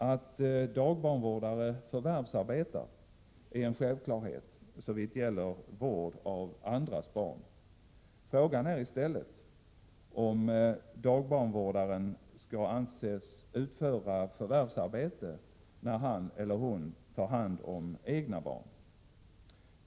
Att dagbarnvårdare förvärvsarbetar är en självklarhet, såvitt gäller vård av andras barn. Frågan är i stället om dagbarnvårdaren skall anses utföra förvärvsarbete när han eller hon tar hand om egna barn.